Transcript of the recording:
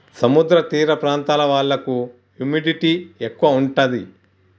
సముద్ర తీర ప్రాంతాల వాళ్లకు హ్యూమిడిటీ ఎక్కువ ఉంటది